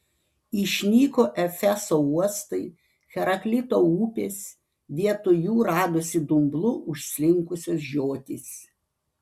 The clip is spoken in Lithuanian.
išnyko efeso uostai heraklito upės vietoj jų radosi dumblu užslinkusios žiotys